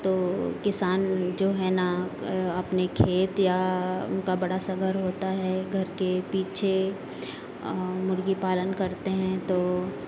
तो किसान जो है ना अपने खेत या उनका बड़ा सा घर होता है घर के पीछे मुर्गीपालन करते हैं तो